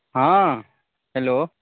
हँ हेलो